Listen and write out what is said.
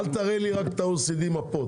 רק אל תראה לי רק את הדיאגרמות של הOECD-,